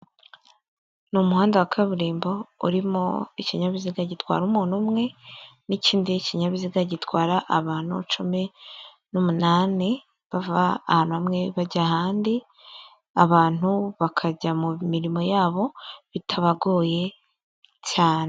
Ni umuhanda wa kaburimbo urimo ikinyabiziga gitwara umuntu umwe n'ikindi kinyabiziga gitwara abantu cumi n'umunani bava ahantu hamwe bajya ahandi abantu bakajya mu mirimo yabo bitabagoye cyane.